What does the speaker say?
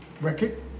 record